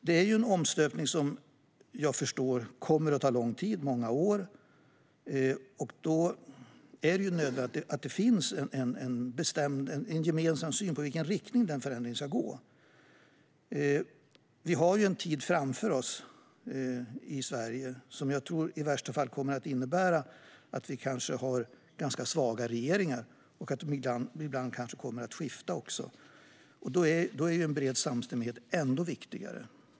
Det är en omstöpning som kommer att ta lång tid, många år, och det är nödvändigt att det finns en gemensam syn på i vilken riktning förändringen ska gå. I Sverige vi har en tid framför oss som jag tror i värsta fall kommer att innebära ganska svaga regeringar och att de ibland kommer att skifta. Då är en bred samstämmighet än viktigare.